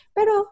Pero